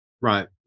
right